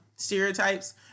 stereotypes